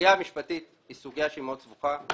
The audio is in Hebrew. הסוגיה המשפטית היא סוגיה שהיא מאוד סבוכה.